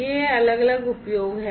ये अलग अलग उपयोग हैं